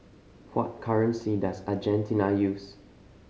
what currency does Argentina use